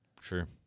Sure